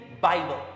bible